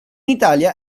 italia